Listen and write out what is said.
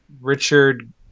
richard